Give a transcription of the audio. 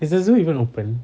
is the zoo even open